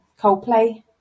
Coldplay